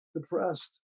depressed